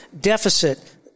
deficit